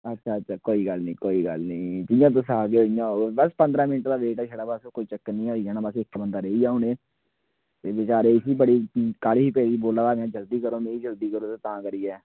अच्छा अच्छा कोई गल्ल निं कोई गल्ल निं जियां तुस आखगे उ'आं गै होग बस पंदरां मिंट्ट दा वेट ऐ छड़ा बस कोई चक्कर निं होई जाना बस इक बंदा रेही गेआ हून एह् बचारे इसी बड़ी काहली पेदी ही बोला दा निं हा एह् जल्दी करो ते तां करियै